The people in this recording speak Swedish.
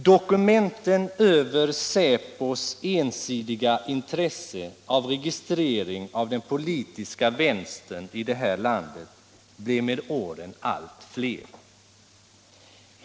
Dokumenten över säpos ensidiga intresse för registrering av den politiska vänstern i det här landet blir med åren allt fler.